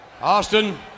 Austin